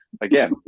Again